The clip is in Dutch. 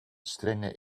strenge